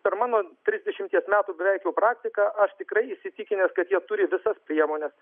per mano trisdešimties metų beveik jau praktiką aš tikrai įsitikinęs kad jie turi visas priemonės